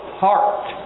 heart